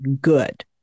good